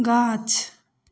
गाछ